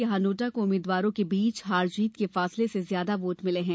यहां नोटा को उम्मीदवारों के बीच हार जीत के फासले से ज्यादा वोट मिले है